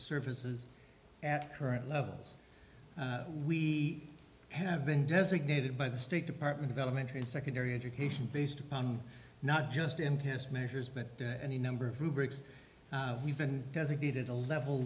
services at current levels we have been designated by the state department of elementary and secondary education based upon not just in his measures but any number of rubrics we've been designated a level